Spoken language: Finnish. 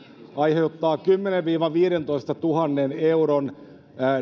aiheuttaa keskimäärin kymmenentuhannen viiva viidentoistatuhannen euron